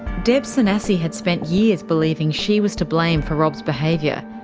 deb sanasi had spent years believing she was to blame for rob's behaviour.